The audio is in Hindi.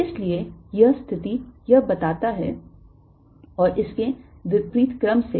इसलिए यह स्थिति यह बताता है और इसके विपरीत क्रम से